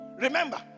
remember